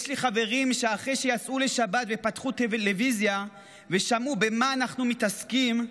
יש לי חברים שאחרי שיצאו לשבת ופתחו טלוויזיה ושמעו במה אנחנו מתעסקים,